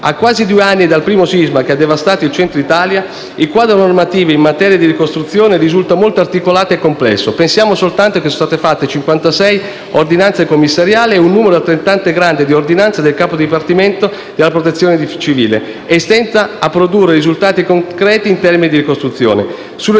A quasi due anni dal primo sisma che ha devastato il Centro Italia il quadro normativo in materia di ricostruzione risulta molto articolato e complesso. Pensiamo soltanto che sono state fatte 56 ordinanze commissariali e un numero altrettante grande di ordinanze del capo dipartimento della Protezione civile che stenta a produrre risultati concreti in termini di ricostruzione.